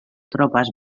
tropes